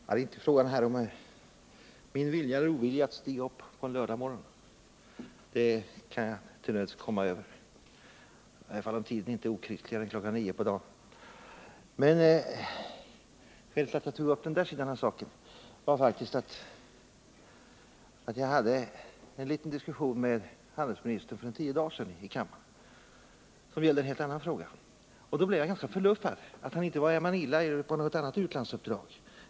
Herr talman! Det är inte här fråga om min vilja eller ovilja att stiga upp en lördagsmorgon — att jag måste göra det kan jag till nöds komma över, i varje fall när tiden inte är okristligare än kl. 9 på dagen — utan skälet till att jag tog upp den sidan av saken är att jag hade en liten diskussion med handelsministern här i kammaren för omkring tio dagar sedan som gällde en helt annan fråga. Jag blev förbluffad över att han då inte var i Manila eller på uppdrag någon annanstans utomlands.